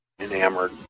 enamored